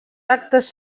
actes